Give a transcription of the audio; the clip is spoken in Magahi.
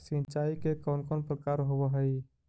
सिंचाई के कौन कौन प्रकार होव हइ?